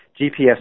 GPS